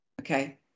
okay